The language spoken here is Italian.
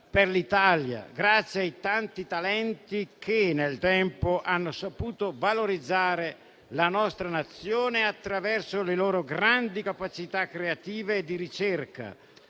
grazie ai tanti talenti che nel tempo hanno saputo valorizzare la nostra Nazione attraverso le loro grandi capacità creative e di ricerca,